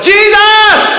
Jesus